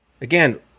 Again